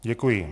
Děkuji.